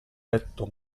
petto